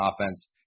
offense